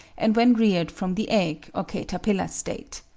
and when reared from the egg or caterpillar state.